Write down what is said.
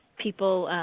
people